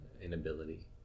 inability